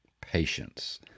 patience